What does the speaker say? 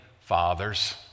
fathers